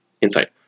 insight